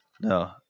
No